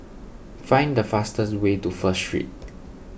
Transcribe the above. find the fastest way to First Street